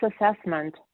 assessment